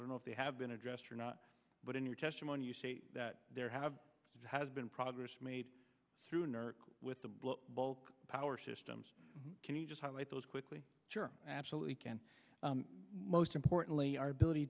don't know if they have been addressed or not but in your testimony you say that there have has been progress made through a nerve with the bulk power systems can you just highlight those quickly sure absolutely can most importantly our ability